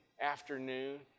afternoon